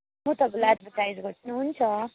म तपाईँलाई एडभर्टाइज गर्छु नि हुन्छ